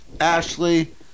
Ashley